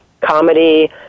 comedy